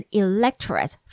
electorate